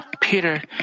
Peter